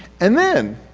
and then,